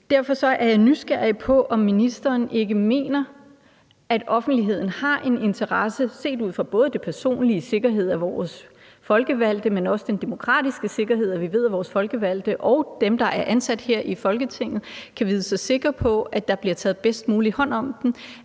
derfor er jeg nysgerrig efter, om ministeren ikke mener, at offentligheden har en interesse i sagen. Det drejer sig om både den personlige sikkerhed for vores folkevalgte, men også om den demokratiske sikkerhed, og det drejer sig om, at vores folkevalgte og dem, der er ansat her i Folketinget, kan vide sig sikre på, at der bliver taget bedst muligt hånd om dem.